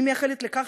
אני מייחלת לכך